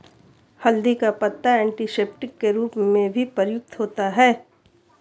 हल्दी का पत्ता एंटीसेप्टिक के रूप में भी प्रयुक्त होता है